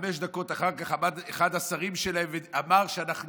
וחמש דקות אחר כך עמד אחד השרים שלהם ואמר שאנחנו